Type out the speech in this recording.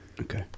Okay